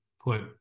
put